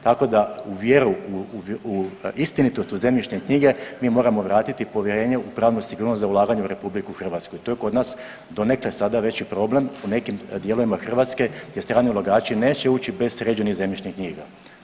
Tako da u vjeru u istinitost u zemljišne knjige mi moramo vratiti povjerenje u pravnu sigurnost za ulaganje u RH i to je kod nas donekle sada već i problem u nekim dijelovima Hrvatske jer strani ulagači neće ući bez sređenih zemljišnih knjiga.